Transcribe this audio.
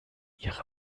ihrem